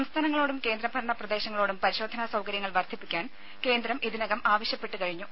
സംസ്ഥാനങ്ങളോടും കേന്ദ്ര ഭരണ പ്രദേശങ്ങളോടും പരിശോധനാ സൌകര്യങ്ങൾ വർദ്ധിപ്പിക്കാൻ കേന്ദ്രം ഇതിനകം ആവശ്യപ്പെട്ട് കഴിഞ്ഞു